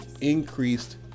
increased